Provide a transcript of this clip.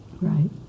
right